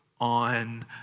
on